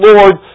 Lord